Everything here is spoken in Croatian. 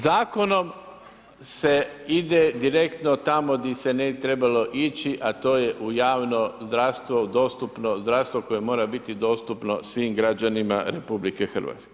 Zakonom se ide direktno tamo di se ne bi trebalo ići, a to je u javno zdravstvo, u dostupno zdravstvo koje mora biti dostupno svim građanima RH.